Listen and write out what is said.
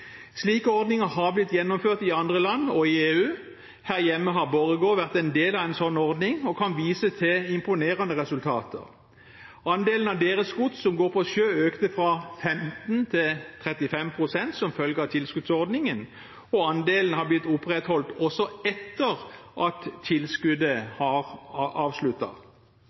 Slike ordninger har blitt gjennomført i andre land og i EU. Her hjemme har Borregaard vært en del av en slik ordning og kan vise til imponerende resultater. Andelen av deres gods som går på sjø, økte fra 15 til 35 pst. som følge av tilskuddsordningen, og andelen har blitt opprettholdt også etter at tilskuddet